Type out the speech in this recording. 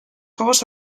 juegos